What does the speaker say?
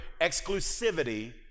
exclusivity